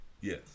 Yes